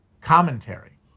commentary